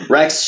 Rex